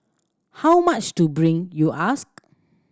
how much to bring you ask